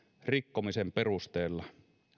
rikkomisen perusteella